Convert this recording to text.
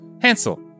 Hansel